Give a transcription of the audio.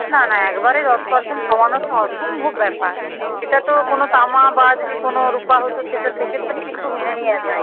না না একবারেই দশ পার্সেন্ট কমানোটা অসম্ভব ব্যাপার এটা তো কোনো তামা বা যদি কোনো রুপা হতো সেটা সেক্ষেত্রে কিন্তু মেনে নেওয়া যায়